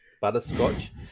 butterscotch